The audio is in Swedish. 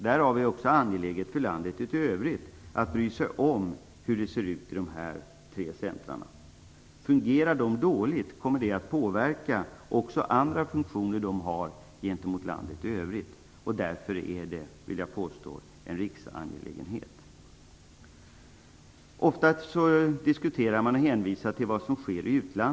Därför är det också angeläget för invånarna i det övriga landet att bry sig om hur det ser ut i dessa tre centrum. Om de fungerar de dåligt kommer detta att påverka också andra funktioner de har gentemot det övriga landet. Jag vill därför påstå att detta är en riksangelägenhet. Ofta diskuterar man vad som sker i utlandet och hänvisar till detta.